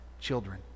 children